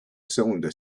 cylinder